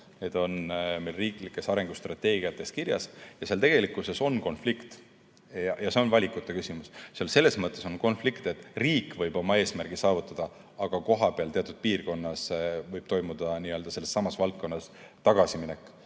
need on meil riiklikes arengustrateegiates kirjas. Seal on tegelikkuses konflikt. Ja see on valikute küsimus. Selles mõttes on konflikt, et riik võib oma eesmärgi saavutada, aga kohapeal teatud piirkonnas võib toimuda sellessamas valdkonnas tagasiminek.